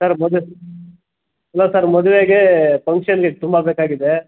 sir ಮದುವೆ ಇಲ್ಲ sir ಮದುವೆಗೆ ಫಂಕ್ಷನ್ಗೆ ತುಂಬ ಬೇಕಾಗಿದೆ